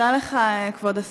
תודה לך, כבוד השר.